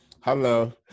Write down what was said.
hello